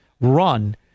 run